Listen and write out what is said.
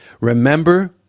Remember